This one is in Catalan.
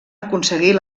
aconseguir